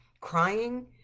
crying